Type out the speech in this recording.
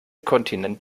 kontinent